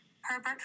Herbert